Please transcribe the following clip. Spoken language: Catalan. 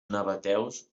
nabateus